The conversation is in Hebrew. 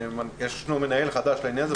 ישנו מנהל חדש לעניין הזה,